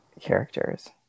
characters